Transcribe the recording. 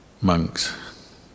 monks